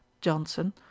johnson